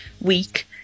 week